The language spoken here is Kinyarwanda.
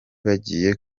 bagiye